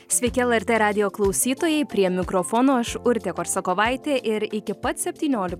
sveiki lrt radijo klausytojai prie mikrofono aš urtė korsakovaitė ir iki pat septyniolik